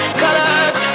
colors